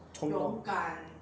冲动